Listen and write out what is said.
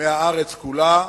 מהממוצע בארץ כולה.